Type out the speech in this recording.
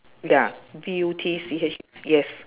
ya B U T C H yes